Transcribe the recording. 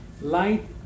Light